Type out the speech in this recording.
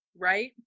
Right